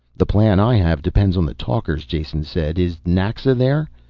the plan i have depends on the talkers. jason said. is naxa there?